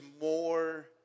more